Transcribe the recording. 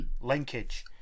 Linkage